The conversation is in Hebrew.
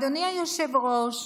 אדוני היושב-ראש,